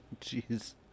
Jeez